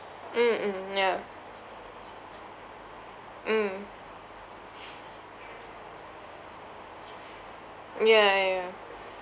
mm mm ya mm ya ya ya